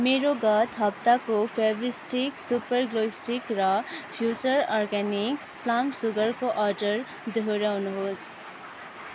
मेरो गत हप्ताको फेभिस्टिक सुपर ग्लु स्टिक र फ्युचर अर्ग्यानिक्स पाम सुगरको अर्डर दोहोऱ्याउनुहोस्